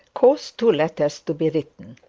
caused two letters to be written,